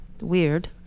weird